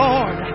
Lord